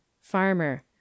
Farmer